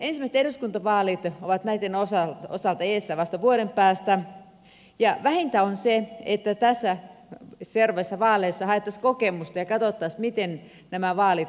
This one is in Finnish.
ensimmäiset eduskuntavaalit ovat näitten osalta edessä vasta vuoden päästä ja vähintä on se että seuraavissa vaaleissa haettaisiin kokemusta ja katsottaisiin miten nämä vaalit onnistuvat